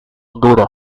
honduras